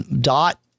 dot